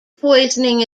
poisoning